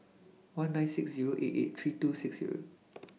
one nine six eight eight three two six